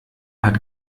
hat